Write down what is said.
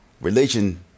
Religion